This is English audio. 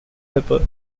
pepper